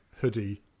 hoodie